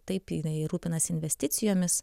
taip jinai rūpinasi investicijomis